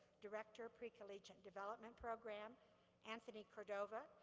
director pre-collegiate development program anthony cordova,